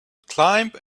climb